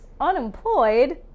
unemployed